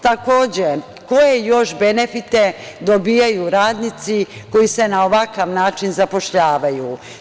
Takođe, koje još benefite dobijaju radnici koji se na ovakav način zapošljavaju?